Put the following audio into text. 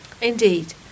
Indeed